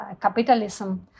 capitalism